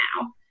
now